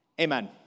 Amen